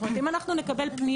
זאת אומרת שאם נקבל פנייה,